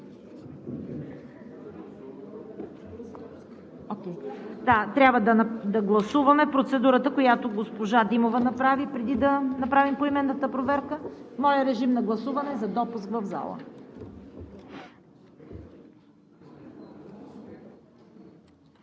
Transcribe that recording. Трябва да гласуваме процедурата, която госпожа Димова направи, преди да направим поименната проверка. Гласуваме допуск в залата.